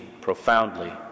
profoundly